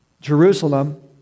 Jerusalem